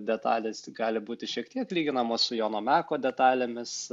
detalės gali būti šiek tiek lyginamos su jono meko detalėmis